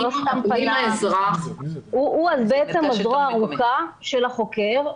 הוא בעצם הזרוע הארוכה של החוקר.